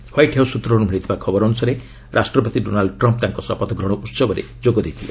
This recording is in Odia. ହ୍ୱାଇଟ୍ ହାଉସ୍ ସୂତ୍ରରୁ ମିଳିଥିବା ଖବର ଅନୁସାରେ ରାଷ୍ଟ୍ରପତି ଡୋନାଲ୍ଡ ଟ୍ରମ୍ପ୍ ତାଙ୍କର ଶପଥ ଗ୍ରହଣ ଉସବରେ ଯୋଗ ଦେଇଥିଲେ